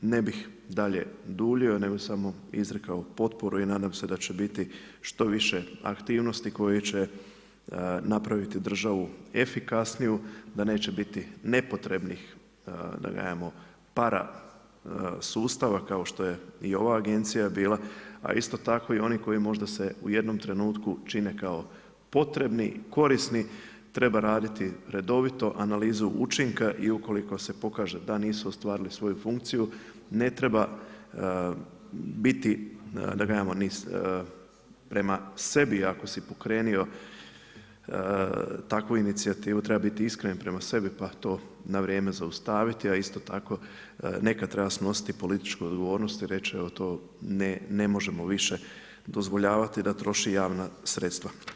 Ne bih dalje duljio, nego sam izrekao potporu i nadam se da će biti što više aktivnosti koje će napraviti državu efikasniju, da neće biti nepotrebnih parasustava kao što je i ova agencija bila, a isto tako i onih koji možda se u jednom trenutku čine kao potrebni, korisni, treba raditi redovito analizu učinka i ukoliko se pokaže da nisu ostvarili svoju funkciju, ne treba biti prema sebi ako si pokrenuo inicijativu, treba biti iskren prema sebi pa to na vrijeme zaustaviti a isto tako nekad treba snositi političku odgovornost i reći evo to ne možemo više dozvoljavati da troši javna sredstva.